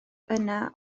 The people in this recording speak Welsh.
yna